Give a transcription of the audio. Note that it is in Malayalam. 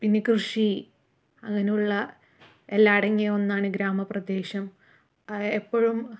പിന്നെ കൃഷി അങ്ങനെയുള്ള എല്ലാം അടങ്ങിയ ഒന്നാണ് ഗ്രാമപ്രദേശം എപ്പഴും